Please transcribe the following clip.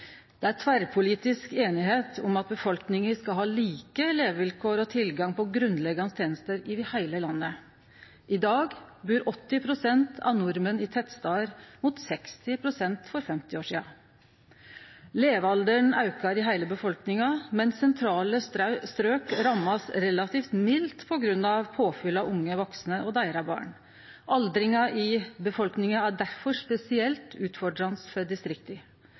Det er tverrpolitisk einigheit om at befolkninga skal ha like levevilkår og tilgang på grunnleggjande tenester over heile landet. I dag bur 80 pst. av nordmenn i tettstader, mot 60 pst. for 50 år sidan. Levealderen aukar i heile befolkninga, men sentrale strøk blir ramma relativt mildt på grunn av påfyll av unge vaksne og barna deira. Aldringa i befolkninga er difor spesielt utfordrande for distrikta,